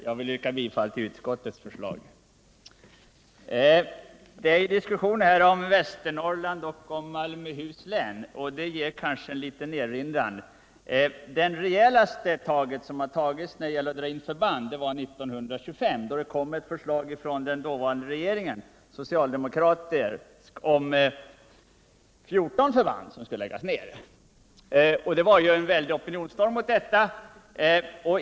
Herr talman! Jag yrkar bifall till utskottets förslag. Det pågår här en diskussion om Västernorrland och om Malmöhus län, och det ger kanske anledning till en liten erinran. Det rejälaste grepp som har tagits när det gäller att dra in förband var 1925, då det framlades ett förslag av den dåvarande socialdemokratiska regeringen om nedläggning av 15 förband. Det blev en väldig opinionsstorm mot detta.